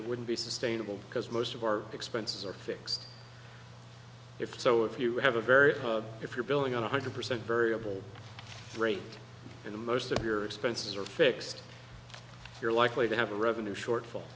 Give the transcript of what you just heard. it wouldn't be sustainable because most of our expenses are fixed it so if you have a very good if you're building on one hundred percent burble break and most of your expenses are fixed you're likely to have a revenue shortfall